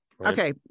Okay